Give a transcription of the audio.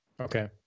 okay